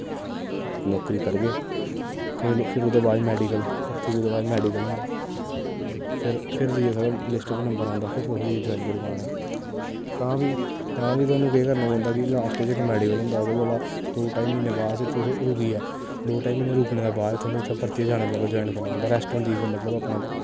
नौकरी करगे केईं कोल फिर ओह्दे बाद मैडिकल भर्थी दे बाद मैडिकल होंदा फिर फिर जाइयै साढ़ा लिस्ट च नंबर आंदा फिर तुस जाइयै जवाईन करी पान्ने तां बी तां बी तोआनूं केह् करना पौंदा कि लास्ट च इक मैडिकल होंदा ओह्दे कोला दो ढाई म्हीने बाद च तुस रुकियै दो ढाई म्हीने रुकने दे बाद थुआनू उत्थें परतियै जाना पौंदा जवाईन करना पौंदा रैस्ट होंदा मतलब अपना